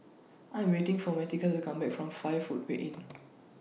I'm waiting For Martika to Come Back from five Footway Inn